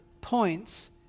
points